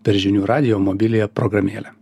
per žinių radijo mobiliąją programėlę